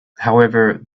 however